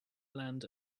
bland